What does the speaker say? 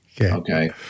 Okay